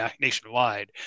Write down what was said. nationwide